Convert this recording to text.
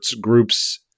groups